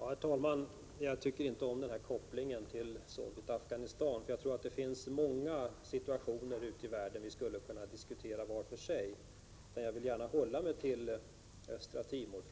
Herr talman! Jag tycker inte om kopplingen till Sovjet— Afghanistan. Jag tror att det finns många situationer ute i världen som vi skulle kunna diskutera, men jag vill gärna hålla mig till frågan om Östra Timor.